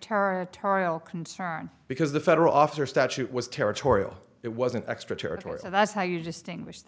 territorial concern because the federal officer statute was territorial it wasn't extra territories and that's how you just english